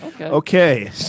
Okay